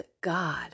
God